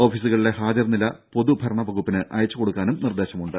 ഓഫീസുകളിലെ ഹാജർ നില പൊതുഭരണ വകുപ്പിന് അയച്ചുകൊടുക്കാനും നിർദേശമുണ്ട്